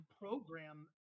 program